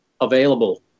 available